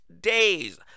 days